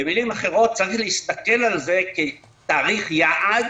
במילים אחרות: צריך להסתכל על זה כתאריך יעד,